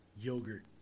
yogurt